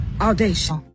audacious